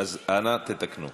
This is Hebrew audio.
אז אנא תתקנו.